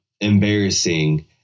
embarrassing